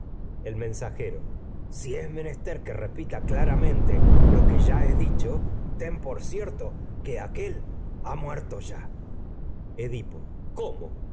el mensajero si es menester que repita clara mente lo que ya he dicho ten por cierto que aquél ha muerto ya edipo cómo